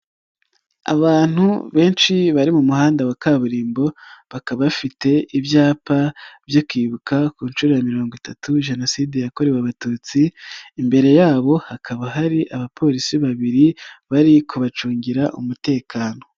Abantu benshi bari mu muhanda wa kaburimbo, bakaba bafite ibyapa byo kwibuka ku nshuro ya mirongo itatu Jenoside yakorewe abatutsi, imbere yabo hakaba hari abapolisi babiri bari kubacungira umutekano.